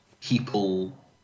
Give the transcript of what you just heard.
people